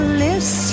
list